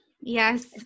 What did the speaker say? yes